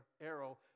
arrow